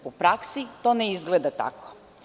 U praksi to ne izgleda tako.